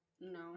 No